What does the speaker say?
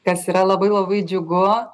kas yra labai labai džiugu